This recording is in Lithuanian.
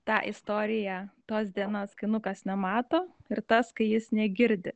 tą istoriją tos dienos kai nukas nemato ir tas kai jis negirdi